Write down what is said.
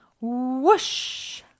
Whoosh